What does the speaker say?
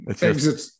Exit